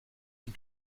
and